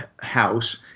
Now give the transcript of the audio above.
house